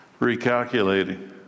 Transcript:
Recalculating